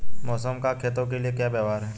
मौसम का खेतों के लिये क्या व्यवहार है?